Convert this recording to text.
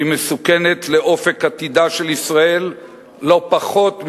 והיא מסוכנת לאופק עתידה של ישראל לא פחות מה"חמאס"